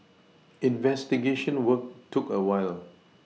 investigation work took a while